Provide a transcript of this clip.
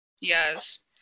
yes